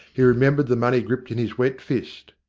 he remembered the money gripped in his wet fist.